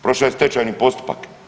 Prošao je stečajni postupak.